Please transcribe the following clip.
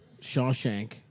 Shawshank